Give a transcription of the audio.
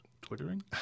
twittering